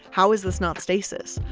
how is this not stasis?